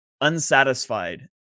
unsatisfied